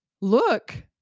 Look